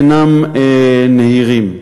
אינם נהירים.